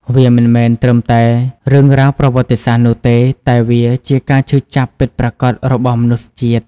វាមិនមែនត្រឹមតែរឿងរ៉ាវប្រវត្តិសាស្ត្រនោះទេ តែវាជាការឈឺចាប់ពិតប្រាកដរបស់មនុស្សជាតិ។